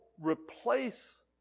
replace